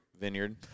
vineyard